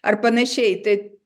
ar panašiai tai